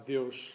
Deus